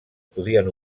podien